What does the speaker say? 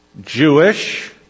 Jewish